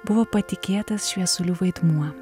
buvo patikėtas šviesulių vaidmuo